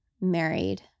married